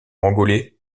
angolais